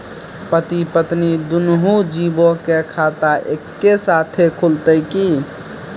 पति पत्नी दुनहु जीबो के खाता एक्के साथै खुलते की?